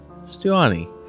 Stuani